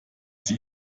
sie